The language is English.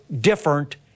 different